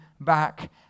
back